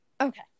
Okay